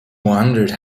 wondered